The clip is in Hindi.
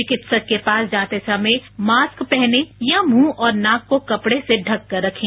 चिकित्सक के पास जाते समय मास्क पहनें या मुंह और नाक को कपड़े से ढककर रखें